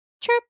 chirp